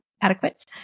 adequate